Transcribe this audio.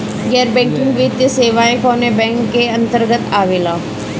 गैर बैंकिंग वित्तीय सेवाएं कोने बैंक के अन्तरगत आवेअला?